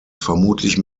vermutlich